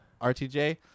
RTJ